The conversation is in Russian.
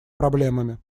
проблемами